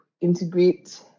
integrate